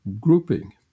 grouping